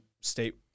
state